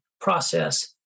process